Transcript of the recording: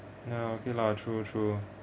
ya okay lah true true